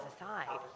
aside